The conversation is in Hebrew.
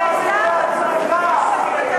חבר'ה.